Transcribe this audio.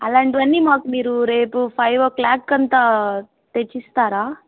అలాంటివన్నీ మాకు మీరు రేపు ఫైవ్ ఓ క్లాక్కంతా తెచ్చిస్తారా